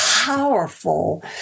powerful